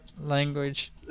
language